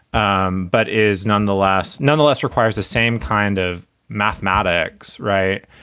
um but is nonetheless nonetheless requires the same kind of mathematics. right.